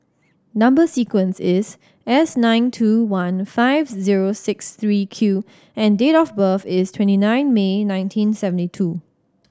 number sequence is S nine two one five zero six three Q and date of birth is twenty nine May nineteen seventy two